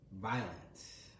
violence